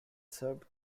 served